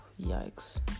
yikes